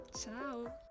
ciao